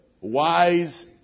wise